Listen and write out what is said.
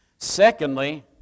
Secondly